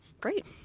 Great